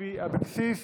באמת פשוטו כמשמעו,